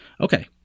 Okay